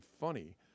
funny